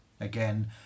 Again